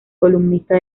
columnista